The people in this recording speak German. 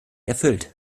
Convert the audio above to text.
erfüllt